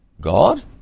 God